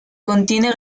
contiene